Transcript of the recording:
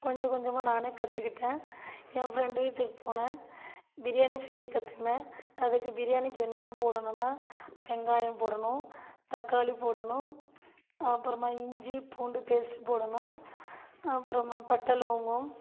கொஞ்சம் கொஞ்சமாக நானே கற்றுக்கிட்டேன் என் ஃப்ரெண்டு வீட்டுக்கு போனேன் பிரியாணி செய்ய கற்றுக்கினேன் அதுக்கு பிரியாணிக்கு என்னென்ன போடணும்னால் வெங்காயம் போடணும் தக்காளி போடணும் அப்புறமா இஞ்சி பூண்டு பேஸ்ட் போடணும் அப்புறமா பட்டை லவங்கம்